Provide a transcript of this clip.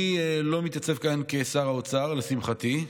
אני לא מתייצב כאן כשר האוצר, לשמחתי,